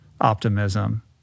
optimism